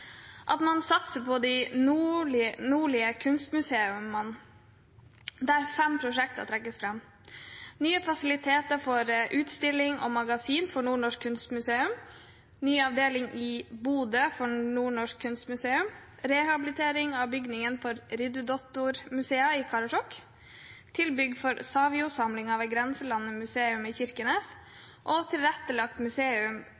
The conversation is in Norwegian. at man satser på de nordlige kunstmuseene. Det trekkes fram fem prosjekter: nye fasiliteter for utstilling og magasin for Nordnorsk Kunstmuseum, ny avdeling i Bodø for Nordnorsk Kunstmuseum, rehabilitering av bygningen for RiddoDuottarMuseat i Karasjok, tilbygg for Savio-samlingen ved Grenselandmuseet i Kirkenes og et tilrettelagt museum